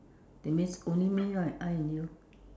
that's means only me right I and you